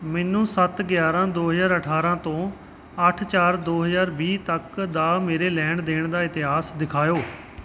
ਮੈਨੂੰ ਸੱਤ ਗਿਆਰਾਂ ਦੋ ਹਜ਼ਾਰ ਅਠਾਰਾਂ ਤੋਂ ਅੱਠ ਚਾਰ ਦੋ ਹਜ਼ਾਰ ਵੀਹ ਤੱਕ ਦਾ ਮੇਰੇ ਲੈਣ ਦੇਣ ਦਾ ਇਤਿਹਾਸ ਦਿਖਾਇਓ